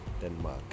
Denmark